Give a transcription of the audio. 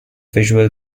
visual